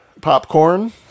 popcorn